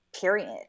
period